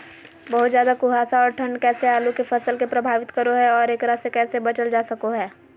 बहुत ज्यादा कुहासा और ठंड कैसे आलु के फसल के प्रभावित करो है और एकरा से कैसे बचल जा सको है?